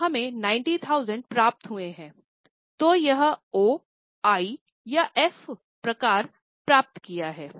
तो हमें 90000 प्राप्त हुए हैं तो यह ओ आई या एफ प्रकार प्राप्त किया है